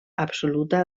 absoluta